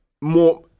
more